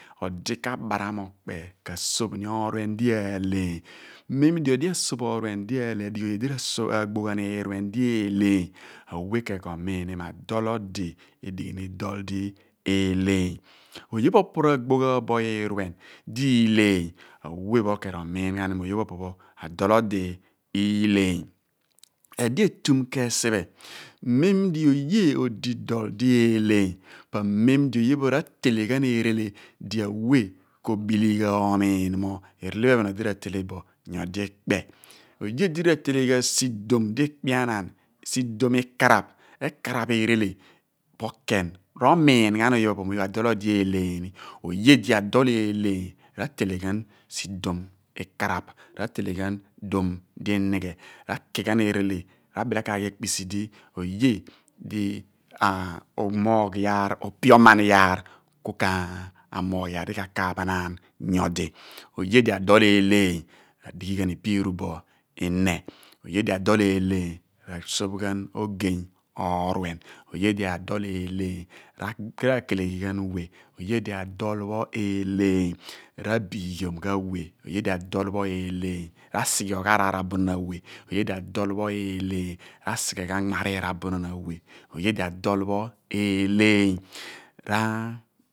Odi k/abaram okpe ka soph ni ooruen di aaleeny, mem odi asiph ooruen di aaleeny mughumo r' aagbo ghan iirue di eeleany awe ken ko min ni mo adol odi edighi dol di elleeny oye pho opo r'aagbo ghan iiruen di i/leeny awe r' omiin ghan ken mo oye pho po pho adol odi i/leeny edi etum ken siphe mem di oye odi dol di eeleeny po amem di oye pho r/atele ghan erele di awe ko obiligha omiin mo erele pho ephen nyodi r'atele bo ikpe oye di r'atelle ghan sidom di ikpe anaan r'ekaraph erele, ro/miin ghan oye pho po pho mo adol odi eeleeny ni, loor esi di oye di adol eeleeny ra/tele ghan sulom di i/nighe, ra/ki eerele r'ekpisi di oye upioman yaar ku ka moogh iyaar di ka kaaphnaar nyodi oye di odol eeleeny r'adin ghi ghan ipe edi bo ine oye di adol eleeny r'asoph ghan ogey ooruen, oye di adol eeleeny ra/biighiom ghen weye oye di adol pho eeleeny ra/sighioghan nmariir abunon awe oye lo adol pho eeleeny ra